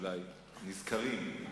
אולי הם נזכרים.